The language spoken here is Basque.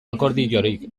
akordiorik